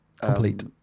Complete